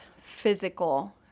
physical